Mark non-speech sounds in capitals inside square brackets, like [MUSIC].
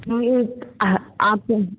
[UNINTELLIGIBLE] आते हैं